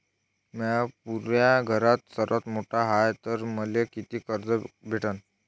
म्या पुऱ्या घरात सर्वांत मोठा हाय तर मले किती पर्यंत कर्ज भेटन?